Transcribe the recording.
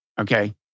okay